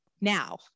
Now